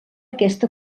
aquesta